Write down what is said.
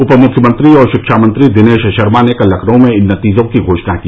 उपमुख्यमंत्री और शिक्षा मंत्री दिनेश शर्मा ने कल लखनऊ में इन नतीजों की घोषणा की